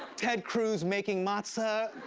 ted cruz making matzah.